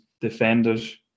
defenders